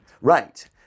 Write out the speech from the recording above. Right